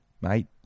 Mate